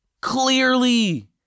clearly